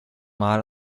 mal